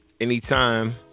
anytime